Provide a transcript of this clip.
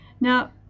Now